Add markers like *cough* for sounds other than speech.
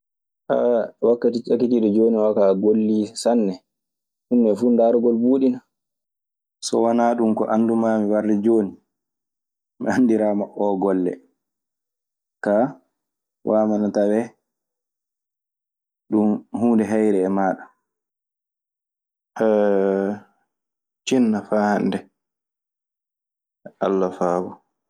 *hesitation* "Wakkati cakitiiɗo jooni oo kaa, a gollii sanne. Ɗun nee fuu ndarugol buuɗi na."